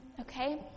Okay